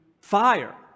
fire